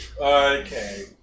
Okay